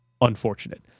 unfortunate